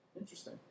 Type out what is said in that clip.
Interesting